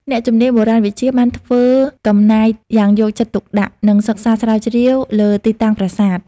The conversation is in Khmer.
អ្នកជំនាញបុរាណវិទ្យាបានធ្វើកំណាយយ៉ាងយកចិត្តទុកដាក់ និងសិក្សាស្រាវជ្រាវលើទីតាំងប្រាសាទ។